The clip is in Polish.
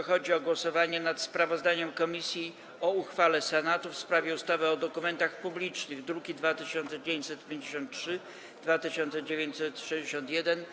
Chodzi o głosowanie nad sprawozdaniem komisji o uchwale Senatu w sprawie ustawy o dokumentach publicznych, druki nr 2553 i 2961.